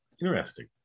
interesting